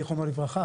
זכרונו לברכה,